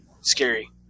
scary